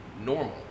normal